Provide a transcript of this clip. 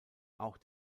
auch